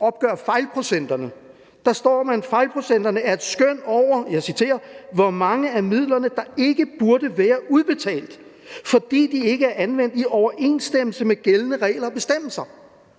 opgør fejlprocenterne, og der står – og jeg citerer – at fejlprocenterne er et skøn over, hvor mange af midlerne, der ikke burde være udbetalt, fordi de ikke er anvendt i overensstemmelse med gældende regler og bestemmelser.